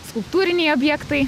skulptūriniai objektai